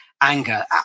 anger